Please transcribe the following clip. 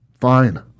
Fine